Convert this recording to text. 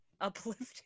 uplifting